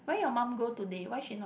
why your mum go today why she not